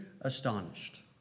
astonished